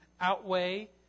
outweigh